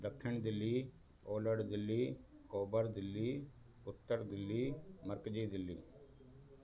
दखिण दिल्ली ओलहु दिल्ली ओभरु दिल्ली उत्तर दिल्ली नकली दिल्ली